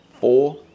four